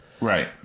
Right